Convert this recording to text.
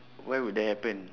why would that happen